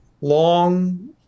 long